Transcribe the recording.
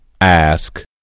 Ask